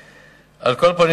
על כל פנים,